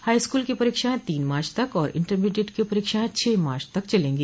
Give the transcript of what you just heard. high school की परीक्षाएं तीन मार्च तक और इंटरमीडिएट की परीक्षाएं छह मार्च तक चलेंगी